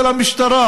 של המשטרה?